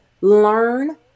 learn